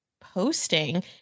posting